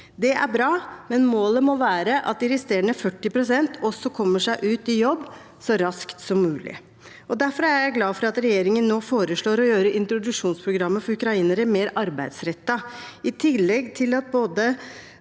Det er bra, men målet må være at de resterende 40 pst. også kommer seg ut i jobb så raskt som mulig. Derfor er jeg glad for at regjeringen nå foreslår å gjøre introduksjonsprogrammet for ukrainere mer arbeidsrettet, i tillegg til at både